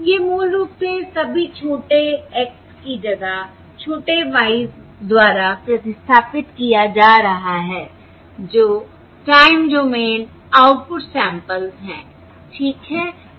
यह मूल रूप से सभी छोटे x s की जगह छोटे y s द्वारा प्रतिस्थापन किया जा रहा है जो टाइम डोमेन आउटपुट सैंपल्स हैं ठीक है